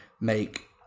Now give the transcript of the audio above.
make